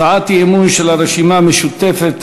הצעת אי-אמון של הרשימה המשותפת,